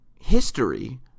history